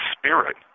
Spirit